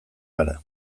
gara